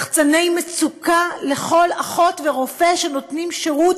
לחצני מצוקה לכל אחות ורופא שנותנים שירות,